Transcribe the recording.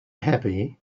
happy